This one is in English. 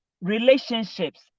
relationships